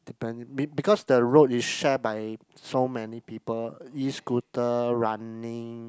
depending be~ because the road is shared by so many people escooter running